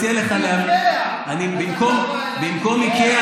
במקום איקאה,